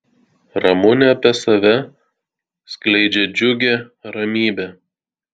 ramunė apie save skleidžia džiugią ramybę